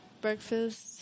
breakfast